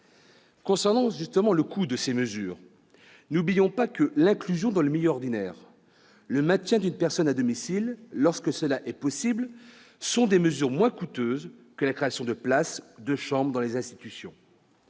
Concernant le coût de ces nouvelles mesures, n'oublions pas que l'inclusion dans le milieu ordinaire, le maintien d'une personne à domicile, lorsque cela est possible, sont moins coûteux que la création de places, de chambres dans les institutions.